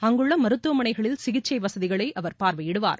அங்குள்ள மருத்துவமனைகளில் சிகிச்சை வசதிகளை அவர் பார்வையிடுவார்